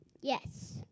Yes